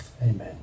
Amen